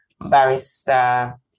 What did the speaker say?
Barrister